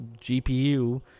GPU